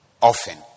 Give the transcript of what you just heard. often